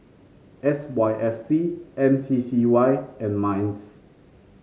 S Y F C M C C Y and Minds